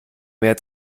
mehr